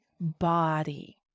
body